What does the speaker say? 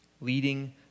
leading